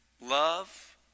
love